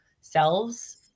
selves